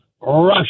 Russia